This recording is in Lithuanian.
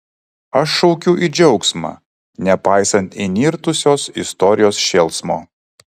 aš šaukiu į džiaugsmą nepaisant įnirtusios istorijos šėlsmo